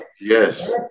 Yes